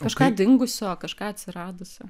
kažką dingusio kažką atsiradusio